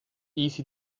easy